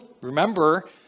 Remember